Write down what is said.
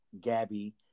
Gabby